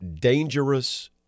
dangerous